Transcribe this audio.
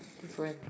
different